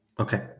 Okay